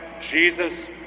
Jesus